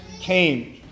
came